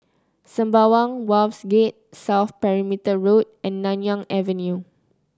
Sembawang Wharves Gate South Perimeter Road and Nanyang Avenue